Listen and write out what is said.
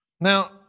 Now